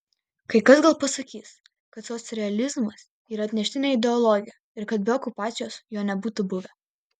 kai kas gal pasakys kad socrealizmas yra atneštinė ideologija ir kad be okupacijos jo nebūtų buvę